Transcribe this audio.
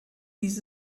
dies